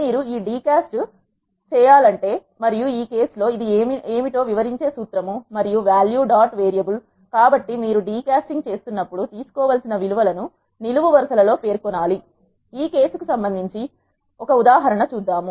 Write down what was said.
మీరు de cast చేయాలనుకుంటే మరియు ఈ కేసు లో ఇది ఏమిటో వివరించే సూత్రం మరియు వాల్యూ డాట్ వేరియబుల్ కాబట్టి మీరు డి కాస్టింగ్ చేస్తున్నప్పుడు తీసుకోవాల్సిన విలు వలను నిలువు వరసలలో పేర్కొనాలి ఈ కేసు కు సంబంధించిన ఒక ఉదాహరణ చూద్దాం